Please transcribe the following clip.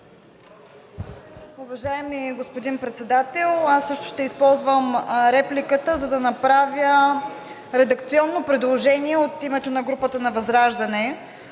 Уважаеми господин Председател! Аз също ще използвам репликата, за да направя редакционно предложение от името на групата на ВЪЗРАЖДАНЕ.